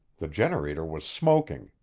the generator was smoking,